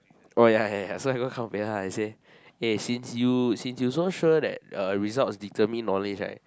oh ya ya ya so I haven't come then I say since you since you so sure result determine knowledge right